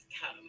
Come